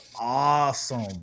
awesome